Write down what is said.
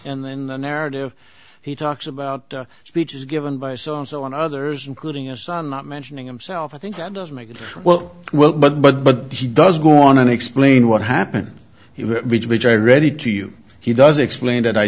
and then the narrative he talks about speeches given by songs on others including a song not mentioning himself i think that does make it well well but but but he does go on and explain what happened he was rich which i ready to you he does explain that i